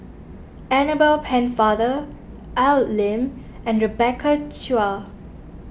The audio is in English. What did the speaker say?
Annabel Pennefather Al Lim and Rebecca Chua